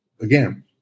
Again